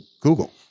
Google